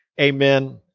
amen